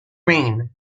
rain